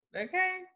Okay